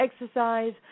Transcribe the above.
exercise